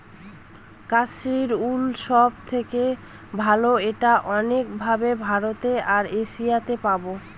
Kashmiri wool সব থেকে ভালো এটা অনেক ভাবে ভারতে আর এশিয়াতে পাবো